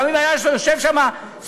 גם אם היה יושב שם סופר-סטאר,